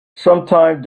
sometime